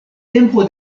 tempo